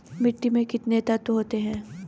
मिट्टी में कितने तत्व होते हैं?